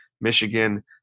Michigan